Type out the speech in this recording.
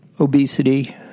obesity